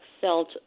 felt